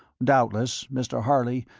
doubtless, mr. harley,